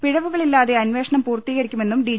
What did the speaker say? പിഴവുകളില്ലാതെ അന്വേഷണം പൂർത്തീ കരിക്കുമെന്നും ഡി